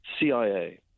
CIA